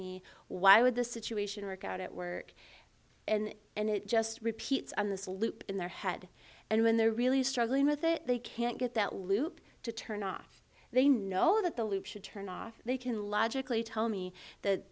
me why would the situation work out at work and and it just repeats on the salute in their head and when they're really struggling with it they can't get that loop to turn off they know that the loop should turn off they can logically tell me that